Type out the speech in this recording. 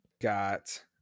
Got